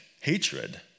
hatred